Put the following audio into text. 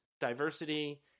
diversity